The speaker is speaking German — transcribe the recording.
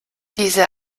diese